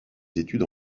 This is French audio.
études